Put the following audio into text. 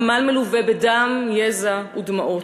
עמל מלווה בדם, יזע ודמעות.